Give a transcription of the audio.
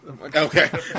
Okay